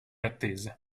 attese